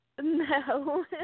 no